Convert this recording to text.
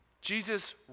Jesus